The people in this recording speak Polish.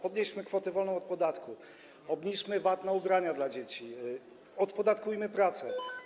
Podnieśmy kwotę wolną od podatku, obniżmy VAT na ubrania dla dzieci, odpodatkujmy pracę.